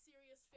serious